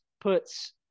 puts